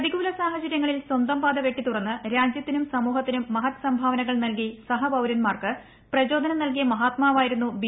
പ്രതികൂല സാഹചര്യങ്ങളിൽ സ്വന്തം പാത വെട്ടിതുറന്ന് രാജ്യത്തിനും സമൂഹത്തിനും മഹദ് സംഭാവനകൾ നൽകി സഹപൌരൻമാർക്ക് പ്രചോദനം നൽകിയ മഹാത്മാവായിരുന്നു ബി